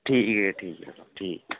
ठीक ऐ ठीक ऐ ठीक